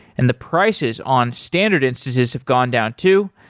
and the prices on standard instances have gone down too.